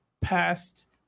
past